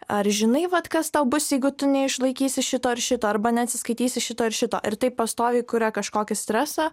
ar žinai vat kas tau bus jeigu tu neišlaikysi šito ir šito arba neatsiskaitysi šito ir šito ir taip pastoviai kuria kažkokį stresą